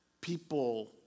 people